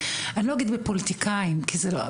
אני לא אגיד בפוליטיקאים כי זה לא,